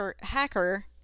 hacker